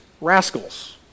Rascals